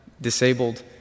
disabled